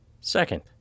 Second